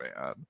man